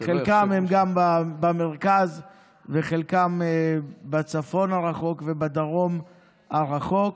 חלקן גם במרכז וחלקן בצפון הרחוק ובדרום הרחוק.